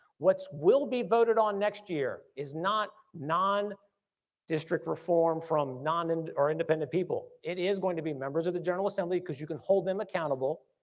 what's will be voted on next year is not non district reform from non and or independent people. it is going to be members of the general assembly cause you can hold them accountable,